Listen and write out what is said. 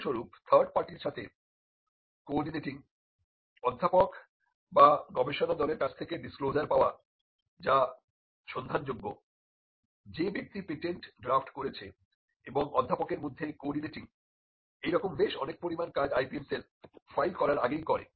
উদাহরণস্বরূপ থার্ড পার্টির সাথে কো অর্ডিনেটিং অধ্যাপক বা গবেষণা দলের কাছ থেকে ডিসক্লোজার পাওয়া যা সন্ধানযোগ্য যে ব্যক্তি পেটেন্ট ড্রাফ্ট করেছে এবং অধ্যাপকের মধ্যে কো অর্ডিনেটিং এই রকম বেশ অনেক পরিমাণ কাজ IPM সেল ফাইল করার আগেই করে